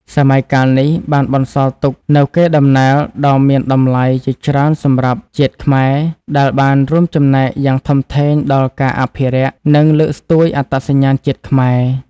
សម័យកាលនេះបានបន្សល់ទុកនូវកេរដំណែលដ៏មានតម្លៃជាច្រើនសម្រាប់ជាតិខ្មែរ ដែលបានរួមចំណែកយ៉ាងធំធេងដល់ការអភិរក្ស និងលើកស្ទួយអត្តសញ្ញាណជាតិខ្មែរ។